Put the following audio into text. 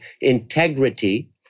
Integrity